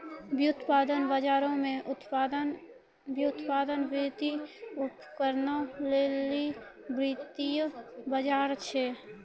व्युत्पादन बजारो मे व्युत्पादन, वित्तीय उपकरणो लेली वित्तीय बजार छै